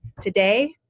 today